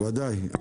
ודאי.